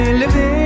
living